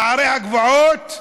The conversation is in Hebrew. נערי הגבעות,